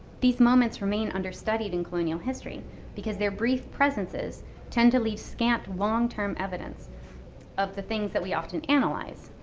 these moments remain understudied in colonial history because their brief presences tend to leave scant long-term evidence of the things that we often analyze,